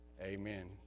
Amen